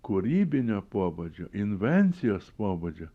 kūrybinio pobūdžio invencijos pobūdžio